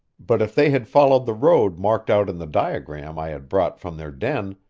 but if they had followed the road marked out in the diagram i had brought from their den,